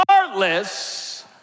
regardless